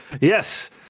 Yes